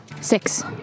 six